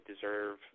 deserve